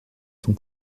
son